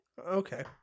okay